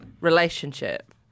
relationship